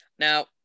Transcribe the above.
Now